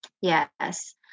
Yes